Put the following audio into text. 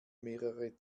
mehrere